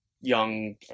young